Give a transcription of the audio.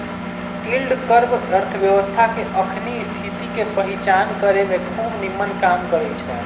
yield curve अर्थव्यवस्था के अखनी स्थिति के पहीचान करेमें खूब निम्मन काम करै छै